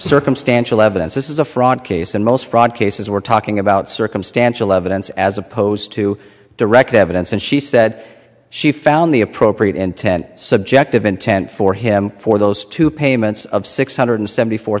circumstantial evidence this is a fraud case and most fraud cases we're talking about circumstantial evidence as opposed to direct evidence and she said she found the appropriate and ten subjective intent for him for those two payments of six hundred seventy four